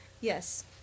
Yes